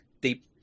deep